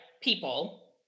people